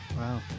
wow